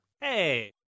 Hey